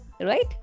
Right